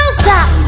stop